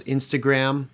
Instagram